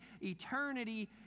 eternity